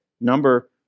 number